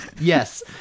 Yes